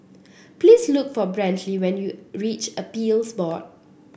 please look for Brantley when you reach Appeals Board